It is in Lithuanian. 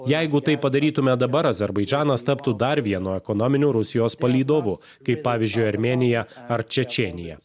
jeigu tai padarytume dabar azerbaidžanas taptų dar vienu ekonominiu rusijos palydovu kaip pavyzdžiui armėnija ar čečėnija